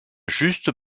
juste